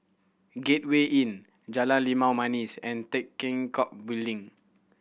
Gateway Inn Jalan Limau Manis and Tan Teck Building